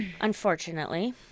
unfortunately